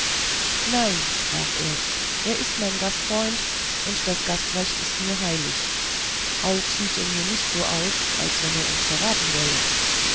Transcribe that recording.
nein sprach er er ist mein gastfreund und das gastrecht ist mir heilig auch sieht er mir nicht aus wie wenn er uns verraten wollte